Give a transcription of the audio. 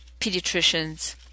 Pediatricians